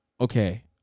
okay